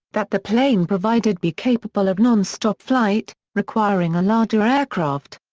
that the plane provided be capable of non-stop flight, requiring a larger aircraft.